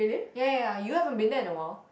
ya ya ya you haven't been there in awhile